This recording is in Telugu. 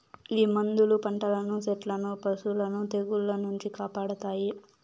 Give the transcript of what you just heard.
ఈ మందులు పంటలను సెట్లను పశులను తెగుళ్ల నుంచి కాపాడతాయి